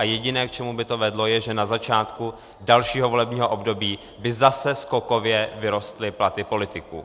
Jediné, k čemu by to vedlo, je, že na začátku dalšího volebního období by zase skokově vyrostly platy politiků.